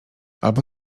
albo